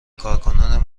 کارکنان